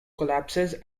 collapses